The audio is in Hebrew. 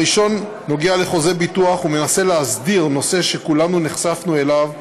הראשון נוגע לחוזי ביטוח ומנסה להסדיר נושא שכולנו נחשפנו לו,